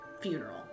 funeral